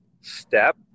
step